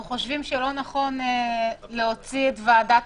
אנחנו חושבים שלא נכון להוציא את ועדת